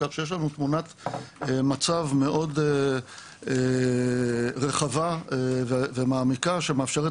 כך שיש לנו תמונה מאוד רחבה ומעמיקה שמאפשרת